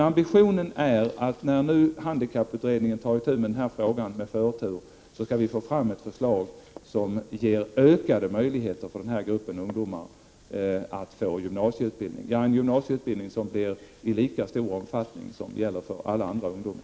Ambitionen är, när nu handikapputredningen tar itu med frågan med förtur, att vi skall få fram ett förslag som ger ökade möjligheter för denna grupp ungdomar att få gymnasieutbildning i lika stor utsträckning som gäller för alla andra ungdomar.